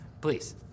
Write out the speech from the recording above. Please